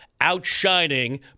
outshining